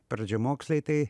pradžiamoksliai tai